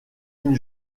une